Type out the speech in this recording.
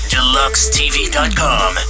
Deluxetv.com